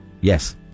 Yes